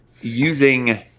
Using